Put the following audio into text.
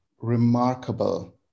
remarkable